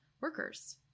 workers